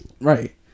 Right